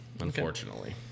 Unfortunately